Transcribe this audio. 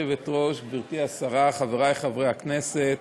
גברתי היושבת-ראש, גברתי השרה, חברי חברי הכנסת,